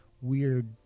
weird